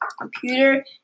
computer